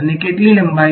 અને કેટલી લંબાઈ